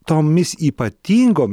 tomis ypatingom